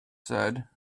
said